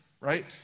right